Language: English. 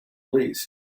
least